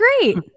great